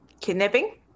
Kidnapping